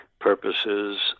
purposes